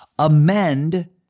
amend